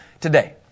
today